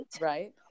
right